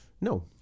No